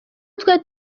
twari